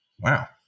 Wow